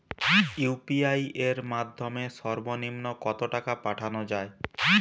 UPI এর মাধ্যমে সর্ব নিম্ন কত টাকা পাঠানো য়ায়?